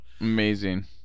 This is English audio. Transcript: amazing